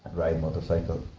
ride motorcycle,